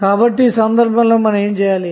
కాబట్టి ఈ సందర్భంలో ఏమి జరుగుతుంది